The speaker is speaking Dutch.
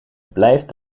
blijft